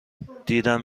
دیدم